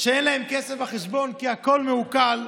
כסף בחשבון כי הכול מעוקל.